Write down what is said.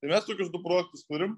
tai mes tokius du projektus turim